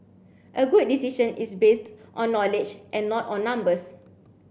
a good decision is based on knowledge and not on numbers